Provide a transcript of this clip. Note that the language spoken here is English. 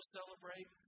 celebrate